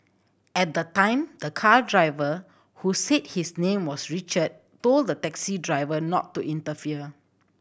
at the time the car driver who said his name was Richard told the taxi driver not to interfere